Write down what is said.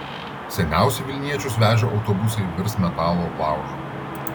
seniausi vilniečius vežę autobusai virs metalo laužu